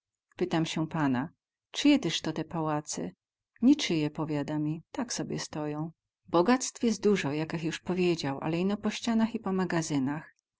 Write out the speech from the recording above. pytam sie pana cyje tyz to te pałace nicyje powiada mi tak sobie stoją bogactw jest duzo jakech juz powiedział ale ino po ścianach i po magazynach